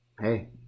hey